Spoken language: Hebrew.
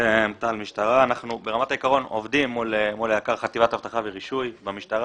אנחנו עובדים מול חטיבת אבטחה ורישוי במשטרה.